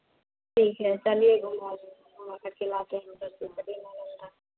ठीक है चलिये घुमा देते हैं घुमा कर के लाते हैं उधर से नालंदा